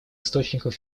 источников